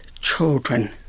children